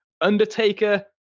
undertaker